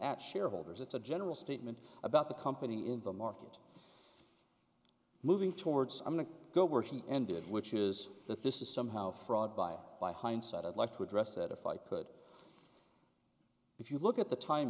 at shareholders it's a general statement about the company in the market moving towards i'm going to go where she ended which is that this is somehow fraud by by hindsight i'd like to address that if i could if you look at the tim